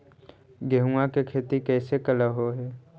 गेहूआ के खेती कैसे कैलहो हे?